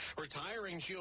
Retiring